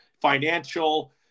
financial